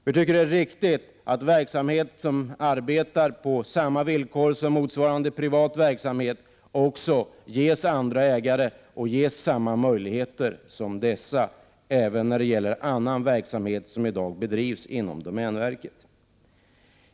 Vi tycker att det är riktigt att verksamhet inom domänverket som bedrivs på samma villkor som motsvarande privat verksamhet också ges andra ägare och samma möjligheter som privat verksamhet.